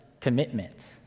commitment